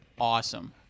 awesome